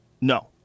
no